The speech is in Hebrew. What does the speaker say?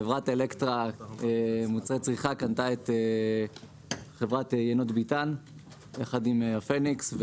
חברת אלקטרה מוצרי צריכה קנתה את חברת יינות ביתן יחד עם הפניקס.